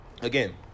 Again